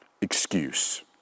excuse